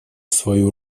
свою